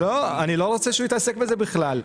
לא, אני לא רוצה שהוא יתעסק בזה בכלל.